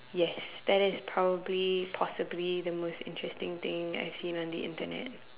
yes that is probably possibly the most interesting thing I've seen on the Internet